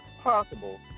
possible